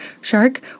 shark